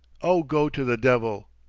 oh, go to the devil!